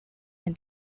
the